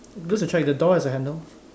just to check the door is a handle